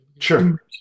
sure